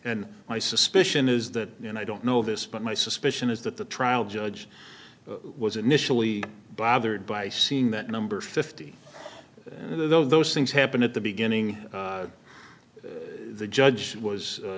and my suspicion is that you know i don't know this but my suspicion is that the trial judge was initially bothered by seeing that number fifty though those things happened at the beginning the judge was